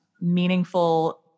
meaningful